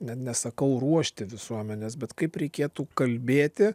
net nesakau ruošti visuomenes bet kaip reikėtų kalbėti